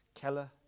Keller